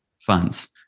funds